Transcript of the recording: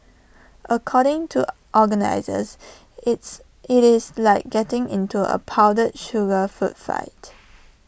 according to organisers it's IT is like getting into A powdered sugar food fight